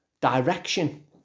direction